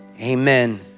amen